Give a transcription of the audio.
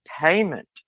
payment